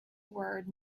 word